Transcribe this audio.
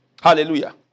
Hallelujah